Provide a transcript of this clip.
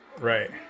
Right